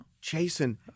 Jason